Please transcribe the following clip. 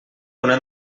una